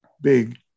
big